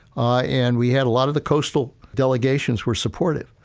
ah and we had a lot of the coastal delegations were supportive.